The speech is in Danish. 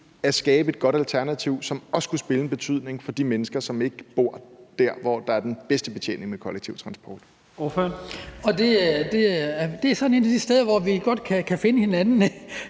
at skabe et godt alternativ, som også kunne have betydning for de mennesker, som ikke bor der, hvor der er den bedste betjening med kollektiv transport. Kl. 14:05 Første næstformand (Leif Lahn